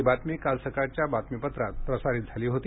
ही बातमी काल सकाळच्या बातमीतपत्रात प्रसारित झाली होती